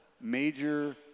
major